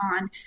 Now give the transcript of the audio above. on